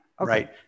right